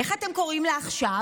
איך אתם קוראים לה עכשיו?